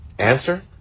Answer